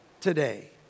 today